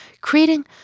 Creating